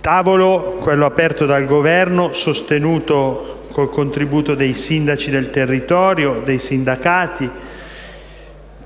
tavolo, quello aperto dal Governo, sostenuto con il contributo dei sindaci del territorio e dei sindacati. Il